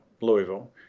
Louisville